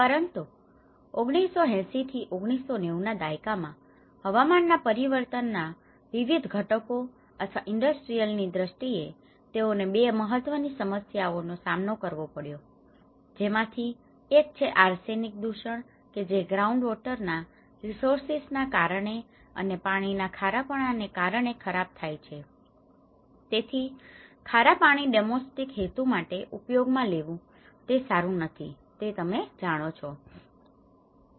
પરંતુ 1980થી 1990ના દાયકા માં હવામાન ના પરિવર્તનના વિવિધ ઘટકો અથવા ઈન્ડસ્ટીઅલ ની દ્રષ્ટિએ તેઓને 2 મહત્વની સમસ્યાઓનો સામનો કરવો પડયો જેમાંથી એક છે આર્સેનિક દુષણ કે જે ગ્રાઉન્ડવોટર ના રીસોર્સીસ ના કારણે અને પાણી ના ખારાપણા ને કારણે ખરાબ થાય છે તેથી ખારાપાણી ડોમેસ્ટિક હેતુ માટે ઉપયોગમાં લેવું તે સારું નથી તે તમે જાણો છો બરાબર